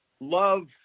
love